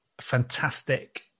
fantastic